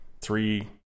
three